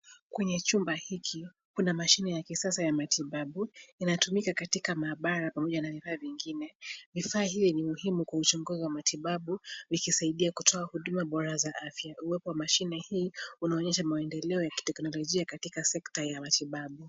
Kwenye chumba hiki, kuna mashine ya kisasa ya matibabu, inatumika katika maabara pamoja na vifaa vingine , vifaa hivi ni muhimu kwa uchunguzi wa matibabu ,vikisaidia kutoa huduma bora za afya. Uwepo wa mashine hii unaonyesha maendeleo ya kiteknologia katika sekta ya matibabu.